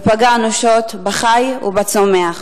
ופגע אנושות בחי ובצומח.